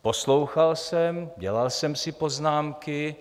Poslouchal jsem, dělal jsem si poznámky.